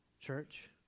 church